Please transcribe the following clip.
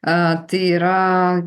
tai yra